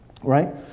Right